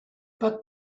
but